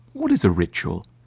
what is a ritual?